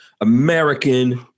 American